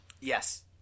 Yes